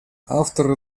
авторы